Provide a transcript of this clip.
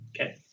okay